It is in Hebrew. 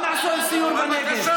אנחנו כל הזמן בנגב.